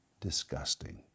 disgusting